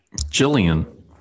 Jillian